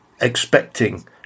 expecting